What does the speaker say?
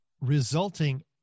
resulting